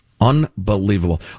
Unbelievable